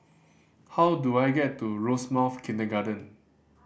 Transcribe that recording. how do I get to Rosemount Kindergarten